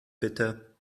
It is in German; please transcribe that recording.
bitte